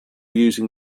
using